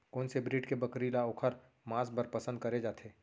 कोन से ब्रीड के बकरी ला ओखर माँस बर पसंद करे जाथे?